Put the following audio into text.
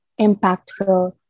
impactful